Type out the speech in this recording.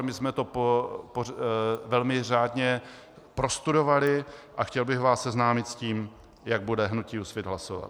My jsme to velmi řádně prostudovali a chtěl bych vás seznámit s tím, jak bude hnutí Úsvit hlasovat.